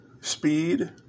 speed